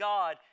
God